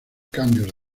cambios